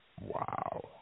Wow